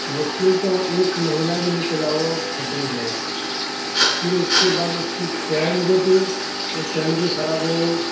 مشکل سے وہ ایک مہینہ بھی نہیں چلا ہوگا وہ پھٹنے لگا پھر اس کے بعد اس کی چین جو تھی وہ چین بھی خراب ہو گئی